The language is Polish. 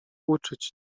uczyć